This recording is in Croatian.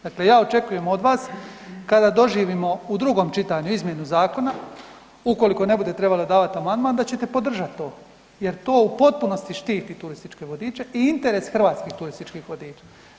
Dakle ja očekujem od vas kada doživimo u drugom čitanju izmjenu zakona, ukoliko ne bude trebalo davati amandman, da ćete podržati to jer to u potpunosti štiti turističke vodiče i interes hrvatskih turističkih vodiča.